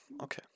Okay